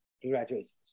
congratulations